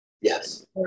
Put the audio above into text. yes